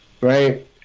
right